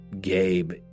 Gabe